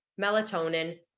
Melatonin